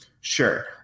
Sure